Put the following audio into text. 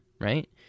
right